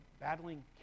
battling